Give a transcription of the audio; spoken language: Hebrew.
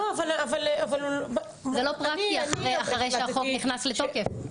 זה לא פרקטי אחרי שהחוק נכנס לתוקף.